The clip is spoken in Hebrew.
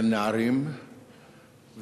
בין נערים ובחור,